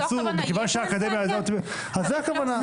מכיוון שהאקדמיה --- זו הכוונה.